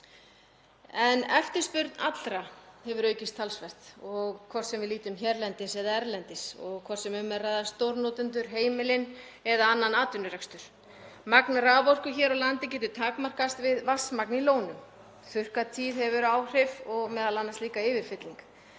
Eftirspurn allra hefur aukist talsvert, hvort sem við lítum hérlendis eða erlendis og hvort sem um er að ræða stórnotendur, heimilin eða annan atvinnurekstur. Magn raforku hér á landi getur takmarkast við vatnsmagn í lónum, þurrkatíð hefur áhrif og m.a. líka yfirfylling.